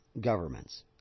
governments